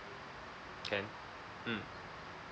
can mm